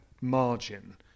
margin